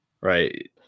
right